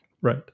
Right